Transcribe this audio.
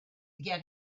get